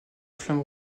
flamme